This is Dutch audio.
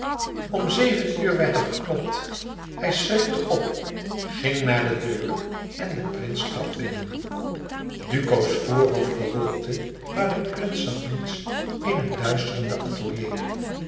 om zeven uur werd er geklopt hij schrikte op ging naar de deur en de prins trad binnen duco's voorhoofd bewolkte maar de prins zag niets in het duisterende atelier